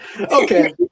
Okay